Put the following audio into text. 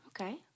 Okay